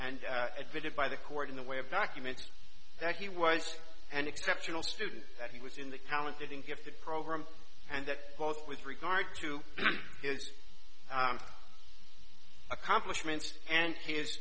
and admitted by the court in the way of documents that he was an exceptional student that he was in that talented and gifted program and that both with regard to his accomplishments and his